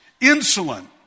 Insolent